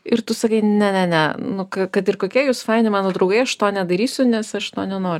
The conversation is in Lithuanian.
ir tu sakai ne ne nu kad kad ir kokie jūs faini mano draugai aš to nedarysiu nes aš to nenoriu